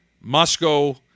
Moscow